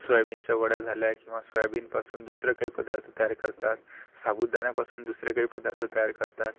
सोयाबीनच्या वड्या झाल्या किंवा सोयाबीनपासून दुसरं काही पदार्थ तयार करतात साबुदाण्यापासून दुसरं काही पदार्थ तयार करतात